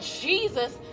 Jesus